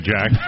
Jack